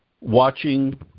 watching